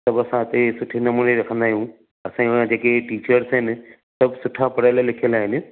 सभु असां हिते सुठे नमूने रखंदा आहियूं असां वटि जेके टीचर्स आहिनि सभु सुठा पढ़ियल लिखयल आहिनि